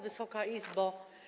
Wysoka Izbo!